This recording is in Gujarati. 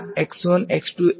તેથી N નોડ્સ આ